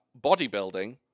bodybuilding